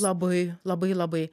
labai labai labai